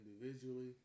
individually